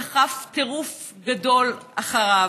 וסחף טירוף גדול אחריו.